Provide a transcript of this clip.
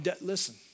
listen